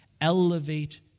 elevate